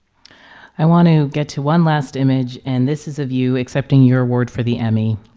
i want to get to one last image. and this is of you accepting your award for the emmy.